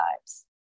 lives